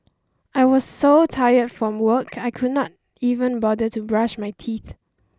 I was so tired from work I could not even bother to brush my teeth